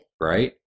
Right